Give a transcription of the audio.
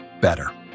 better